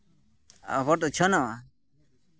ᱟᱵᱚ ᱵᱚᱱ ᱩᱪᱷᱟᱹᱱᱚᱜᱼᱟ